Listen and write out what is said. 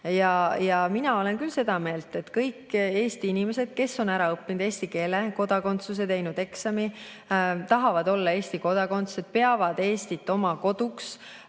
Mina olen küll seda meelt, mõeldes Eesti inimestele, kes on ära õppinud eesti keele, [saanud] kodakondsuse, teinud eksami, tahavad olla Eesti kodanikud, peavad Eestit oma koduks,